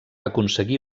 aconseguir